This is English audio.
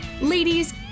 Ladies